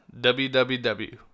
www